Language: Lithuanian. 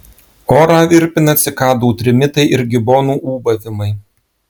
orą virpina cikadų trimitai ir gibonų ūbavimai